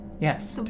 Yes